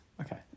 Okay